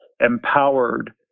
empowered